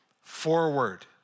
forward